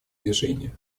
движение